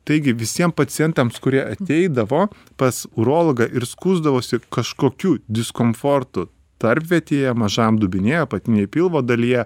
taigi visiem pacientams kurie ateidavo pas urologą ir skųsdavosi kažkokiu diskomfortu tarpvietėje mažajam dubenyje apatinėje pilvo dalyje